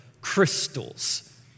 crystals